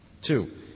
Two